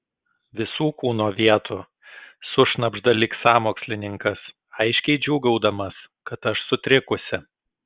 visų kūno vietų sušnabžda lyg sąmokslininkas aiškiai džiūgaudamas kad aš sutrikusi